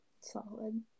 Solid